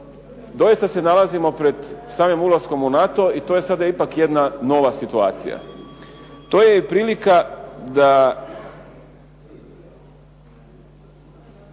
doista se nalazimo pred samim ulaskom u NATO i to je sada ipak jedna nova situacija. To je i prilika da